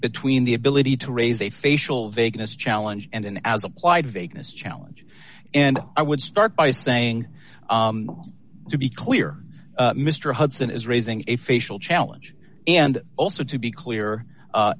between the ability to raise a facial vagueness challenge and an as applied vagueness challenge and i would start by saying to be clear mr hudson is raising a facial challenge and also to be clear